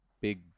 big